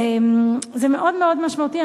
זה מאוד מאוד משמעותי.